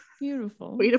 beautiful